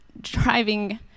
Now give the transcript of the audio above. driving